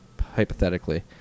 hypothetically